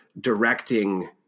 directing